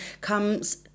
comes